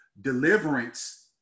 Deliverance